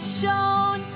shown